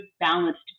balanced